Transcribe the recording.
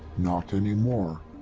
not anymore.